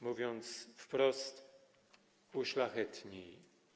Mówiąc wprost - uszlachetnij.